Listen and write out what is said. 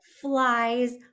flies